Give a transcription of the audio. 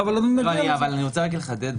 אני רוצה לחדד.